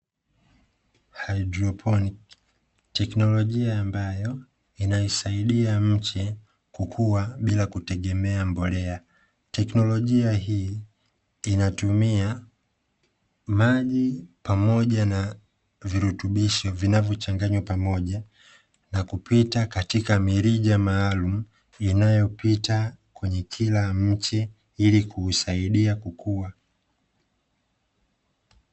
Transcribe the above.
Haidroponi, teknolojia ambayo inaisaidia mche kukua bila kutegemea mbolea. Teknolojia hii inatumia maji, pamoja na virutubisho vinavyochanganywa pamoja, na kupita katika mirija maalumu, inayopita kwenye kila mche ili kuusaidia kukua.